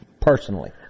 personally